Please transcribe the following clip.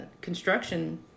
construction